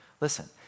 Listen